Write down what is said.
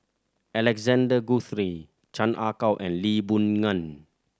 Alexander Guthrie Chan Ah Kow and Lee Boon Ngan